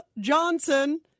Johnson